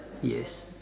yes